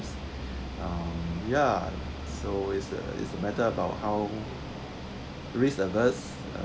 um ya so it's it's a matter about how risk of us